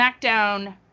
SmackDown